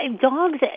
dogs